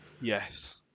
Yes